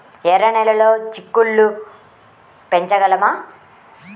ఎర్ర నెలలో చిక్కుళ్ళు పెంచగలమా?